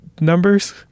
numbers